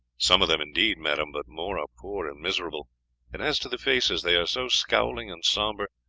some of them indeed, madam, but more are poor and miserable and as to the faces, they are so scowling and sombre,